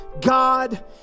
God